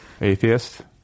Atheist